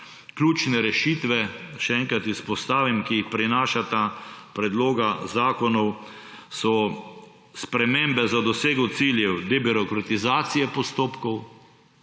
Ključne rešitve, še enkrat izpostavim, ki jih prinašata predloga zakonov, so spremembe za dosego ciljev debirokratizacije postopkov.